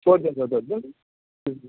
వద్దోద్దు వద్దోద్దు